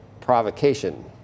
provocation